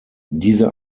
diese